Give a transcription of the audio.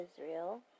Israel